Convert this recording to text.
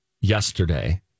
yesterday